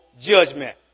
judgment